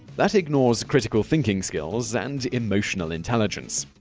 that ignores critical thinking skills and emotional intelligence.